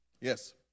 Yes